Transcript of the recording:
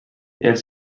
els